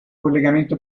collegamento